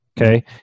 okay